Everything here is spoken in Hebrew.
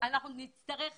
אני יודעת